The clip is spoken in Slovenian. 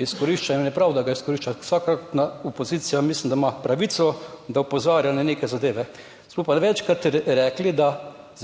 je prav, da ga izkorišča, vsakratna opozicija mislim, da ima pravico, da opozarja na neke zadeve. Smo pa večkrat rekli, da